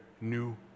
new